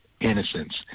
innocence